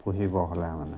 পুহিব হ'লে মানে